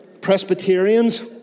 Presbyterians